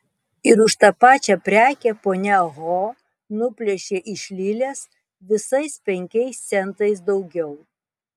ir už tą pačią prekę ponia ho nuplėšė iš lilės visais penkiais centais daugiau